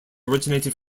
originated